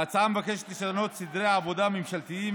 ההצעה מבקשת לשנות סדרי עבודה ממשלתיים